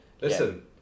listen